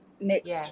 next